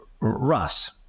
russ